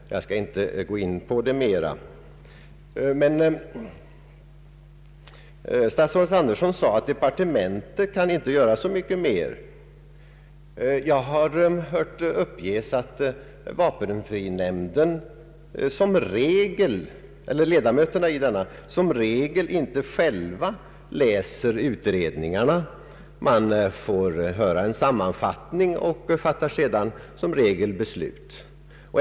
Jag skall inte gå närmare in på dem. Statsrådet Andersson sade emellertid att departementet inte kan göra så mycket mer. Jag har hört uppges att ledamöterna i vapenfrinämnden som regel inte själva läser utredningarna. De får höra en sammanfattning och fattar sedan i allmänhet sitt beslut.